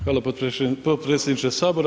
Hvala potpredsjedniče Sabora.